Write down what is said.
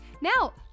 Now